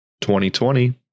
2020